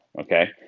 okay